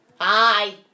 hi